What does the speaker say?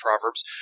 Proverbs